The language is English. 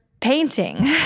painting